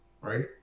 right